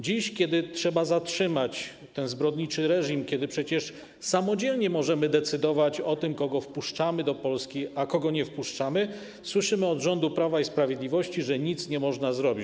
Dziś, kiedy trzeba zatrzymać ten zbrodniczy reżim, kiedy przecież możemy samodzielnie decydować o tym, kogo wpuszczamy do Polski, a kogo nie wpuszczamy, słyszymy od rządu Prawa i Sprawiedliwości, że nic nie można zrobić.